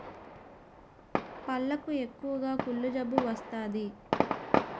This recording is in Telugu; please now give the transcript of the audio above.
పళ్లకు ఎక్కువగా కుళ్ళు జబ్బు వస్తాది